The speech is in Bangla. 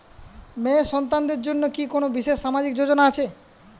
মেয়ে সন্তানদের জন্য কি কোন বিশেষ সামাজিক যোজনা আছে?